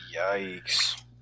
Yikes